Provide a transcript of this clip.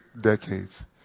decades